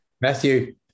Matthew